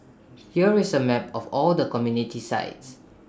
here is A map of all the community sites